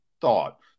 thought